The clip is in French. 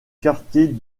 quartier